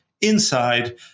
inside